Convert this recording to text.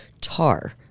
tar